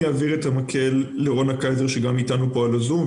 אני אעביר את המקל לרונה קייזר שנמצאת איתנו פה בזום,